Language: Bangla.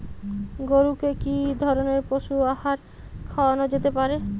গরু কে কি ধরনের পশু আহার খাওয়ানো যেতে পারে?